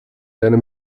einem